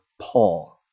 Paul